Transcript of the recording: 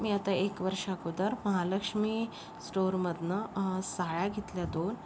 मी आता एक वर्षाअगोदर महालक्ष्मी स्टोरमधनं साड्या घेतल्या दोन